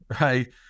right